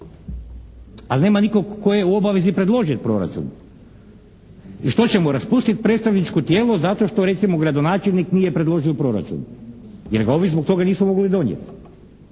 Al' nema nikog tko je u obavezi predložiti proračun. I što ćemo raspustiti predstavničko tijelo zato što recimo gradonačelnik nije predložio proračun, jer ga ovi zbog toga nisu mogli donijeti.